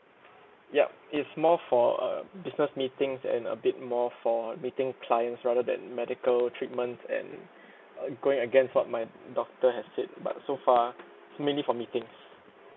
yup it's more for uh business meetings and a bit more for meeting clients rather than medical treatments and uh going against my doctor has said but so far mainly for meetings